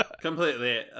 completely